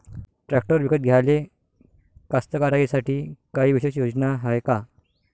Tractor विकत घ्याले कास्तकाराइसाठी कायी विशेष योजना हाय का?